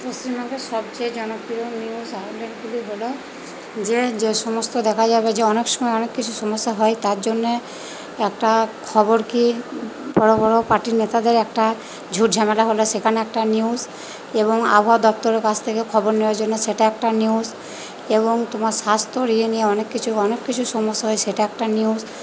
পশ্চিমবঙ্গের সবচেয়ে জনপ্রিয় নিউজ আউটলেটগুলি হল যে যে সমস্ত দেখা যাবে যে অনেক সময় অনেককিছু সমস্যা হয় তার জন্যে একটা খবর কি বড়ো বড়ো পার্টির নেতাদের একটা ঝুট ঝামেলা হল সেখানে একটা নিউজ এবং আবহাওয়া দপ্তরের কাছ থেকে খবর নেওয়ার জন্য সেটা একটা নিউজ এবং তোমার স্বাস্থ্যর ইয়ে নিয়ে অনেক কিছু অনেক কিছু সমস্যা হয় সেটা একটা নিউজ